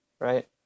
Right